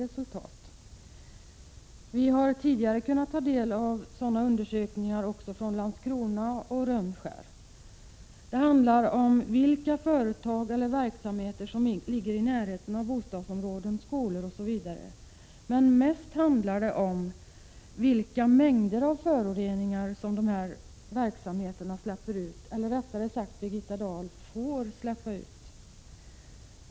Tidigare har vi kunnat ta del av sådana undersökningar från Landskrona och Rönnskär. De handlar om vilka företag eller verksamheter som ligger i närheten av bostadsområden och skolor osv. Mest handlar de dock om vilka mängder av föroreningar verksamheterna släpper ut — eller rättare sagt, Birgitta Dahl, får släppa ut.